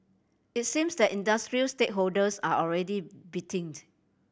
it seems that industry stakeholders are already biting